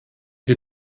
wir